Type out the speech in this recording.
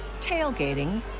tailgating